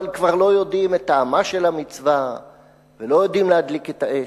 אבל כבר לא יודעים את טעמה של המצווה ולא יודעים להדליק את האש.